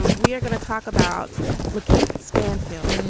and we are going to talk about luke keith stanfield.